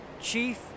Chief